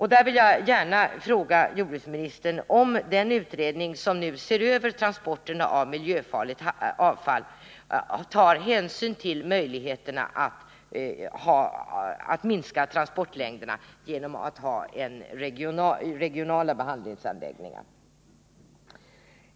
Här vill jag gärna fråga jordbruksministern om den utredning som nu ser över transporterna av miljöfarligt avfall tar hänsyn till möjligheterna att minska transportlängderna genom att man har regionala behandlingsanläggningar.